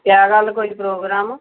ਕਿਆ ਗੱਲ ਕੋਈ ਪ੍ਰੋਗਰਾਮ